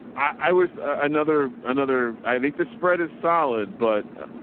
i was another, another, i think the spread is solid, but